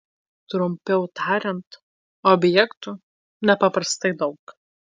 trumpiau tariant objektų nepaprastai daug